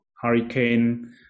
hurricane